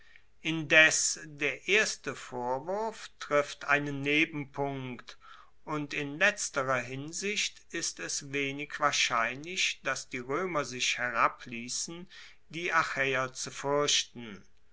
indes der erste vorwurf trifft einen nebenpunkt und in letzterer hinsicht ist es wenig wahrscheinlich dass die roemer sich herabliessen die achaeer zu fuerchten